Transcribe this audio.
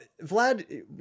Vlad